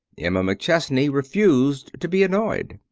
emma mcchesney refused to be annoyed.